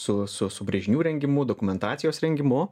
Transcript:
su su su brėžinių rengimu dokumentacijos rengimu